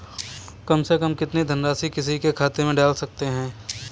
कम से कम कितनी धनराशि किसी के खाते में डाल सकते हैं?